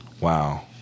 Wow